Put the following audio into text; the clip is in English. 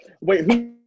Wait